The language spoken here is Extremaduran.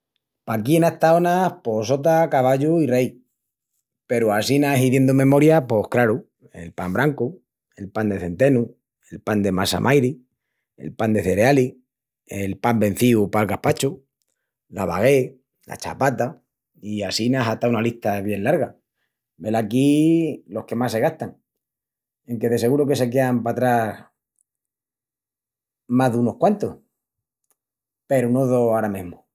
Paquí enas taonas pos sota, cavallu i rei. Peru assina hiziendu memoria pos, craru, el pan brancu, el pan de centenu, el pan de massa mairi, el pan de cerealis, el pan vencíu pal gaspachu, la baguette, la chapata i assina hata una lista bien larga. Velaquí los que más se gastan, enque de seguru que se quean patrás mas dunus quantus. Peru no dó ara mesmu.